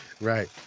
right